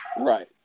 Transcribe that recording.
Right